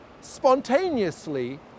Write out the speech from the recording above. spontaneously